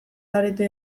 zarete